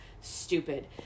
stupid